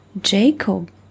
Jacob